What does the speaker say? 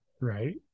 Right